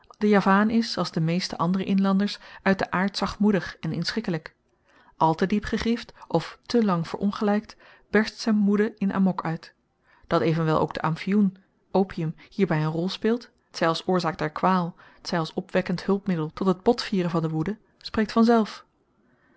de javaan is als de meeste andere inlanders uit den aard zachtmoedig en inschikkelyk al te diep gegriefd of te lang verongelykt berst z'n woede in amokh uit dat evenwel ook de amfioen opium hierby n rol speelt tzy als oorzaak der kwaal tzy als opwekkend hulpmiddel tot het botvieren van de woede spreekt vanzelf